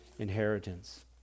Inheritance